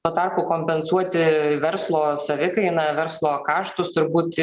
tuo tarpu kompensuoti verslo savikainą verslo kaštus turbūt